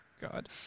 God